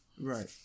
Right